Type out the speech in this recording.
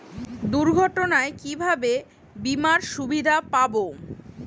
দুর্ঘটনায় কিভাবে বিমার সুবিধা পাব?